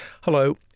Hello